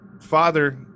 father